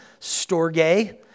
storge